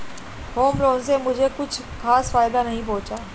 home loan से मुझे कुछ खास फायदा नहीं पहुंचा